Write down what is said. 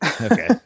Okay